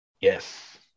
Yes